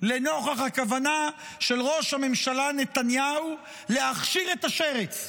לנוכח הכוונה של ראש הממשלה נתניהו להכשיר את השרץ,